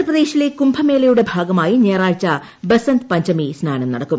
ഉത്തർപ്രദേശിലെ കുംഭമേളയുടെ ഭാഗമായി ഞായറാഴ്ച ബസന്തപഞ്ചമി സ്നാനം നടക്കും